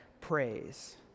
praise